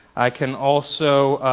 i can also,